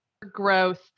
growth